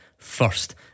first